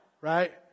Right